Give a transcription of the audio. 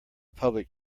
public